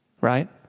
right